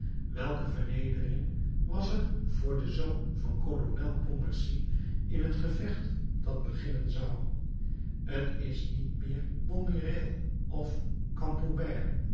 welke vernedering was er voor den zoon van kolonel pontmercy in het gevecht dat beginnen zou t is niet meer montmirail of